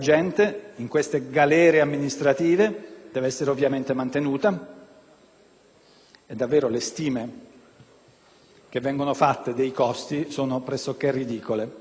dei costi che vengono fatte sono pressoché ridicole. Ulteriori enormi, inutili spese in situazioni in cui già sappiamo